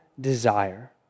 desire